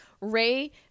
Ray